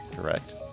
correct